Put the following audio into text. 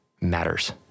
matters